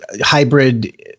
hybrid